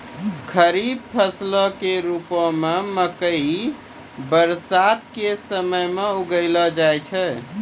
खरीफ फसलो के रुपो मे मकइ बरसातो के समय मे उगैलो जाय छै